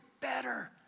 better